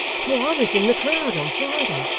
for i was in the crowd on friday,